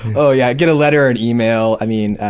oh yeah, i get a letter or an email i mean,